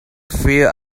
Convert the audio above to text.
fill